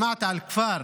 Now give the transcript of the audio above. שמעת על כפר